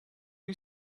you